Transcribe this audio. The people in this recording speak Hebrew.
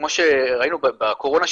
כמו שראינו בקורונה,